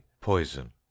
poison